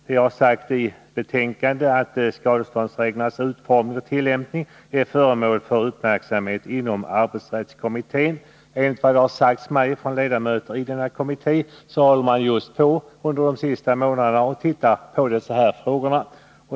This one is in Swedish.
Vi har skrivit i betänkandet att skadeståndsreglernas utformning och tillämpning är föremål för uppmärksamhet inom arbetsrättskommittén. Enligt vad det har sagts mig från ledamöter i denna kommitté, har man just under de senaste månaderna tittat på dessa frågor.